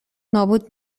نابود